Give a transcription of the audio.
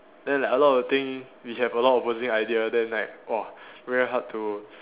then like a lot of thing we have like a lot of opposing idea then I !wah! very hard to